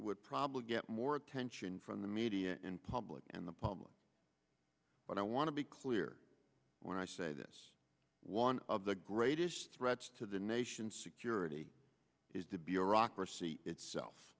would probably get more attention from the media in public and the public but i want to be clear when i say this one of the greatest threats to the nation's security is to be iraq or c itself